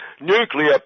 nuclear